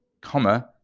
comma